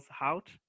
out